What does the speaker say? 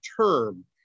term